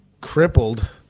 crippled